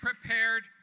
prepared